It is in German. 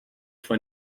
von